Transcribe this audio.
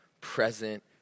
present